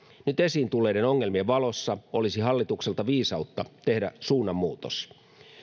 nyt esiin tulleiden ongelmien valossa olisi hallitukselta viisautta tehdä suunnanmuutos